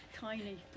Tiny